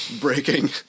breaking